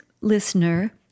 listener